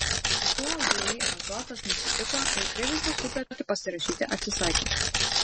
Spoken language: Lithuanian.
su tuo vį azotas nesutiko ir kredito sutartį pasirašyti atsisakė